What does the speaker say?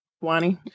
Wani